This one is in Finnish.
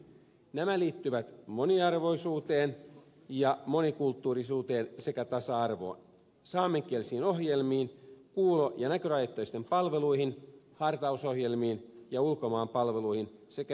nämä liittyvät moniarvoisuuteen ja monikulttuurisuuteen sekä tasa arvoon saamenkielisiin ohjelmiin kuulo ja näkörajoitteisten palveluihin hartausohjelmiin ja ulkomaanpalveluihin sekä vieraskielisiin lähetyksiin